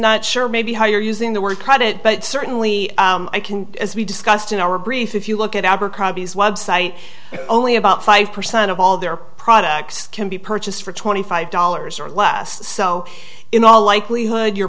not sure maybe how you're using the word credit but certainly i can as we discussed in our brief if you look at abercrombie's website only about five percent of all their products can be purchased for twenty five dollars or less so in all likelihood your